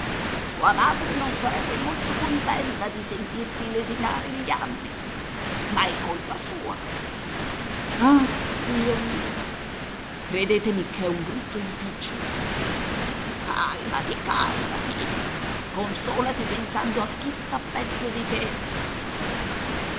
tua madre non sarebbe molto contenta di sentirsi lesinare gli anni ma è colpa sua ah zio mio credetemi ch'è un brutto impiccio càlmati càlmati consòlati pensando a chi sta peggio di te